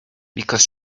because